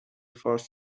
فارس